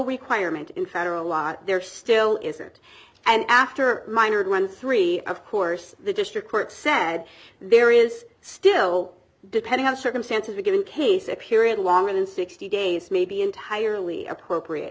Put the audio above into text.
requirement in federal law there still isn't and after minor one three of course the district court said there is still depending on circumstances a given case a period longer than sixty days may be entirely appropriate